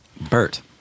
Bert